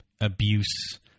abuse